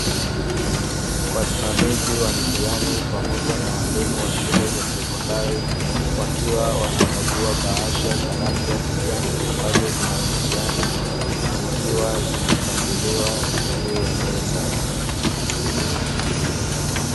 Wasimamizi wa mitihani pamoja na walimu wa shule za sekondari, wakiwa wanakagua bahasha za rangi ya kijani, ambazo zina mitihani, zikiwa zimepangiliwa juu ya meza.